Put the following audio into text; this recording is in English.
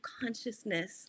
consciousness